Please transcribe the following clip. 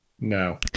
No